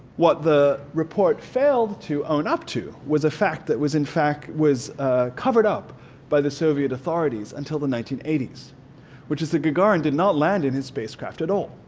what the report failed to own up to was a fact that was in fact was covered up by the soviet authorities until the nineteen eighty s which is that gagarin did not land in his spacecraft at all.